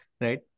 Right